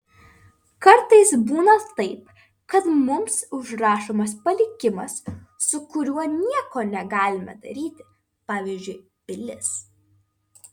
kartais būna taip kad mums užrašomas palikimas su kuriuo nieko negalime daryti pavyzdžiui pilis